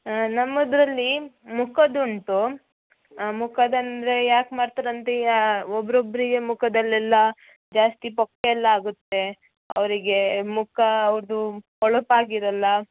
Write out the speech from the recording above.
ಹಾಂ ನಮ್ಮದರಲ್ಲಿ ಮುಖದ್ದುಂಟು ಮುಖದ್ದೆಂದ್ರೆ ಯಾಕೆ ಮಾಡ್ತಾರೆ ಅಂತೀಗ ಒಬ್ಬರೊಬ್ರಿಗೆ ಮುಖದಲ್ಲೆಲ್ಲ ಜಾಸ್ತಿ ಪೊಕ್ಕೆಯೆಲ್ಲ ಆಗುತ್ತೆ ಅವರಿಗೆ ಮುಖ ಅವ್ರದ್ದು ಹೊಳಪಾಗಿರೋಲ್ಲ